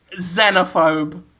xenophobe